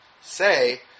say